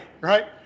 right